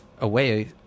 away